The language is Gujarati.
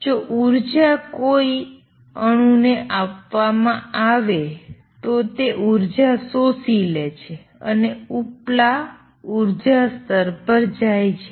જો ઉર્જા કોઈ અણુને આપવામાં આવે છે તો તે ઉર્જા શોષી લે છે અને ઉપલા ઉર્જા સ્તર પર જાય છે